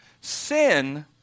Sin